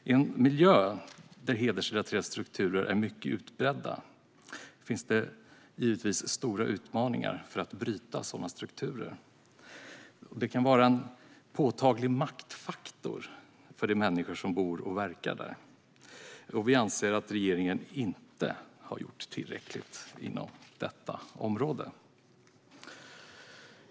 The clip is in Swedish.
I miljöer där hedersrelaterade strukturer är mycket utbredda finns det givetvis stora utmaningar i att bryta sådana strukturer, som kan vara en påtaglig maktfaktor för de människor som bor och verkar där. Vi anser att regeringen inte har gjort tillräckligt inom detta område.